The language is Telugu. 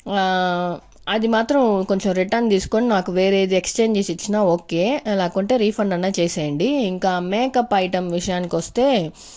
ఆ అది మాత్రం కొంచెం రిటర్న్ తీసుకొని నాకు వేరేది ఎక్స్చేంజ్ చేసి ఇచ్చిన ఓకే లేకుంటే రిఫండ్ అన్న చేసేయండి ఇంకా మేకప్ ఐటమ్ విషయానికొస్తే